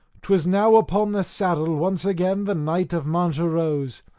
twas now upon the saddle once again the knight of mancha rose,